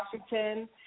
Washington